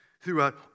throughout